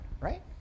right